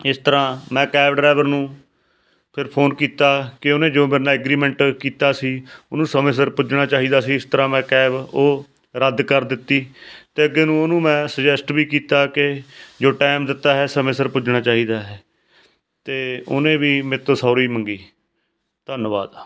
ਇਸ ਤਰ੍ਹਾਂ ਮੈਂ ਕੈਬ ਡਰਾਈਵਰ ਨੂੰ ਫਿਰ ਫੋਨ ਕੀਤਾ ਕਿ ਉਹਨੇ ਜੋ ਮੇਰੇ ਨਾਲ ਐਗਰੀਮੈਂਟ ਕੀਤਾ ਸੀ ਉਹਨੂੰ ਸਮੇਂ ਸਿਰ ਪੁੱਜਣਾ ਚਾਹੀਦਾ ਸੀ ਇਸ ਤਰ੍ਹਾਂ ਮੈਂ ਕੈਬ ਉਹ ਰੱਦ ਕਰ ਦਿੱਤੀ ਅਤੇ ਅੱਗੇ ਨੂੰ ਉਹਨੂੰ ਮੈਂ ਸੁਜੈਸਟ ਵੀ ਕੀਤਾ ਕਿ ਜੋ ਟਾਈਮ ਦਿੱਤਾ ਹੈ ਸਮੇਂ ਸਿਰ ਪੁੱਜਣਾ ਚਾਹੀਦਾ ਹੈ ਅਤੇ ਉਹਨੇ ਵੀ ਮੇਰੇ ਤੋਂ ਸੋਰੀ ਮੰਗੀ ਧੰਨਵਾਦ